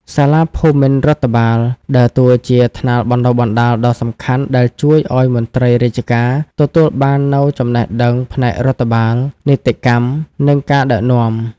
សាលាភូមិន្ទរដ្ឋបាល ដើរតួជាថ្នាលបណ្តុះបណ្តាលដ៏សំខាន់ដែលជួយឱ្យមន្ត្រីរាជការទទួលបាននូវចំណេះដឹងផ្នែករដ្ឋបាល នីតិកម្ម និងការដឹកនាំ។